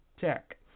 Tech